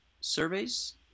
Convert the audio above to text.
surveys